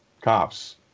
cops